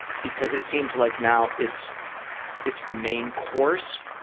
because it seems like now it's it's the main course?